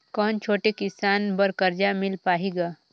कौन छोटे किसान बर कर्जा मिल पाही ग?